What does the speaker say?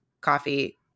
coffee